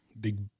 big